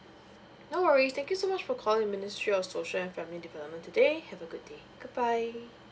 no worries thank you so much for calling ministry of social and family development today have a good day good bye